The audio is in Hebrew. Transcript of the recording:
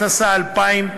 התשס"א 2000,